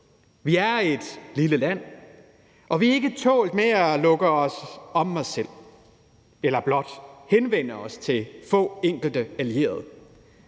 Vi er et lille land, og vi er ikke tjent med at lukke os om os selv eller blot henvende os til få, enkelte allierede.